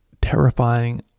terrifying